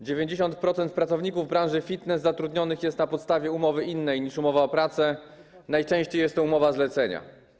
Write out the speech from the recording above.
90% pracowników branży fitness zatrudnionych jest na podstawie umowy innej niż umowa o pracę, najczęściej jest to umowa zlecenia.